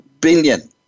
billion